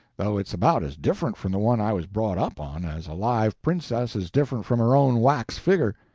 though it's about as different from the one i was brought up on as a live princess is different from her own wax figger.